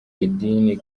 idini